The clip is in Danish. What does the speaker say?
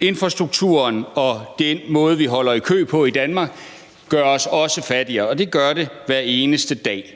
gør infrastrukturen og den måde, vi holder i kø på i Danmark, os også fattigere, og det gør det hver eneste dag.